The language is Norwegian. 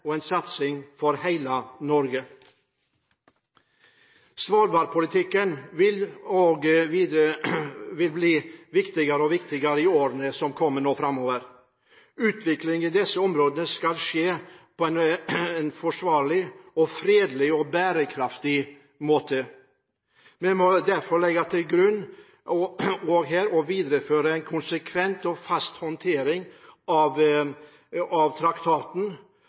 og en satsing for hele Norge. Svalbardpolitikken vil bli viktigere og viktigere i årene som kommer. Utvikling i disse områdene skal skje på en forsvarlig, fredelig og bærekraftig måte. Vi må derfor også her legge til grunn å videreføre en konsekvent og fast håndtering av Svalbardtraktaten, og en opprettholdelse av den som betyr kontroll, og at traktaten